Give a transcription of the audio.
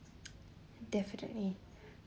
definitely